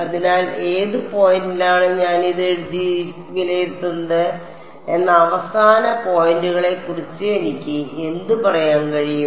അതിനാൽ ഏത് പോയിന്റിലാണ് ഞാൻ ഇത് വിലയിരുത്തുന്നത് എന്ന അവസാന പോയിന്റുകളെക്കുറിച്ച് എനിക്ക് എന്ത് പറയാൻ കഴിയും